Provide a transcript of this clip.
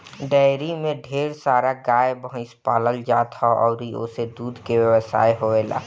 dairy में ढेर सारा गाए भइस पालल जात ह अउरी ओसे दूध के व्यवसाय होएला